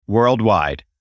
Worldwide